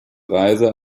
reise